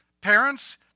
parents